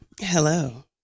Hello